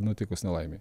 nutikus nelaimei